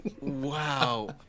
Wow